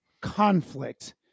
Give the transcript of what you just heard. conflict